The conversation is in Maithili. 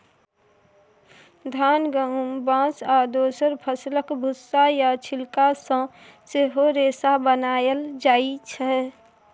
धान, गहुम, बाँस आ दोसर फसलक भुस्सा या छिलका सँ सेहो रेशा बनाएल जाइ छै